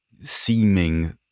seeming